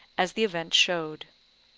as the event showed.